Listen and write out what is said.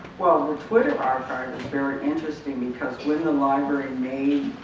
well the twitter archive is very interesting because when the library made